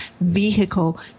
vehicle